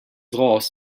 loss